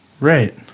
Right